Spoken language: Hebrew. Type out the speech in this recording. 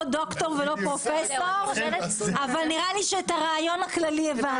לא דוקטור ולא פרופסור אבל נראה לי שאת הרעיון הכללי הבנתם.